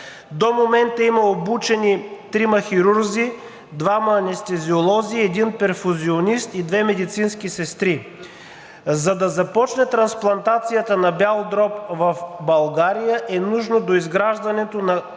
До момента има обучени трима хирурзи, двама анестезиолози, един перфузионист и две медицински сестри. За да започне трансплантацията на бял дроб в България, е нужно доизграждането на